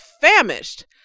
famished